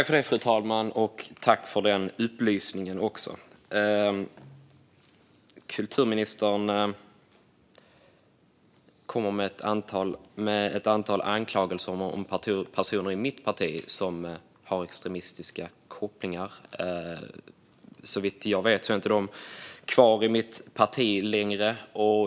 Fru talman! Tack för upplysningen! Kulturministern kommer med ett antal anklagelser om personer i mitt parti som har extremistiska kopplingar. Såvitt jag vet är de inte kvar i mitt parti längre.